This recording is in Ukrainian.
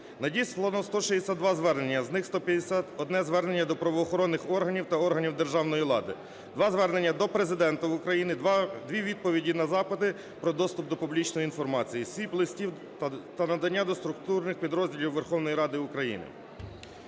Надіслано 162 звернення, з них: 151 звернення до правоохоронних органів та органів державної влади, 2 звернення до Президента України, 2 відповіді на запити про доступ до публічної інформації, 7 листів та надання до структурних підрозділів Верховної Ради України.